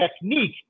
technique